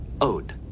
ode